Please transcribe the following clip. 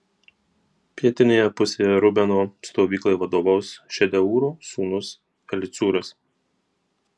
pietinėje pusėje rubeno stovyklai vadovaus šedeūro sūnus elicūras